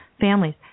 families